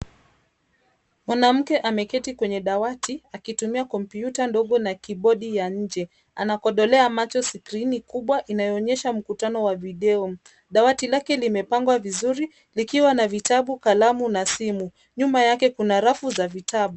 Mwanamke ameketi kwenye dawati akitumia kompyuta ndogo na kibodi ya nje. Inakodolea macho skrini kubwa inayoonyesha mkutano wa video. Dawati lake limepangwa vizuri likiwa na vitabu, kalamu na simu. Nyuma yake kuna rafu za vitabu.